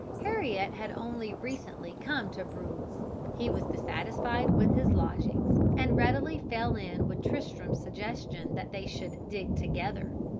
heriot had only recently come to bruges he was dissatisfied with his lodgings, and readily fell in with tristram's suggestion that they should dig together.